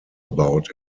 about